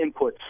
inputs